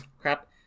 crap